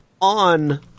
on